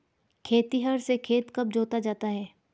खेतिहर से खेत कब जोता जाता है?